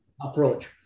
approach